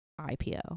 IPO